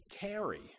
carry